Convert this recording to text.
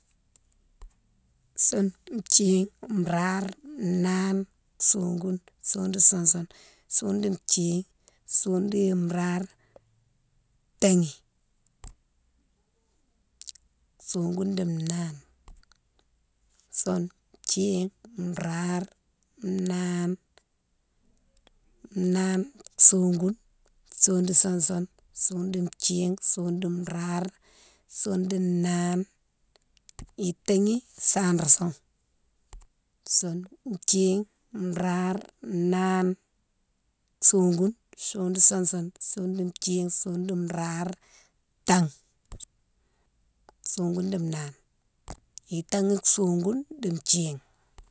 Soune, thine, rare, nane, sogoune, sogoune di sousoune, sogoune di thine, sogoune di rare, taghi, sogoune di nane. Soune, thine, rare, nane, nane, sogoune. Sogoune di sousoune, sogoune di thine, sogoune di rare, sogoune di nane, itaghi sana soune. sounne. thine, rare, nane, soghoune, soghoune di sousoune, sogoune di thine, sogoune di rare, itaghi, sogoune di nane. Itaghi sogoune di thine.